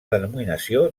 denominació